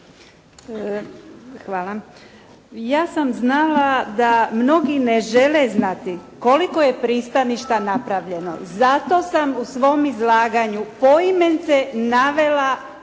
Hvala. Ja sam znala da mnogi ne žele znati koliko je pristaništa napravljeno. Zato sam u svom izlaganju poimence navela broj